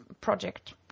project